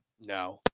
No